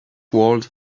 world